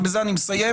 ובזה אני מסיים,